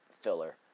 filler